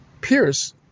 Pierce